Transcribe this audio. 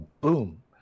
boom